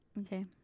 Okay